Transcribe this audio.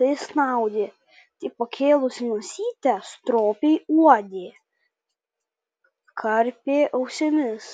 tai snaudė tai pakėlusi nosytę stropiai uodė karpė ausimis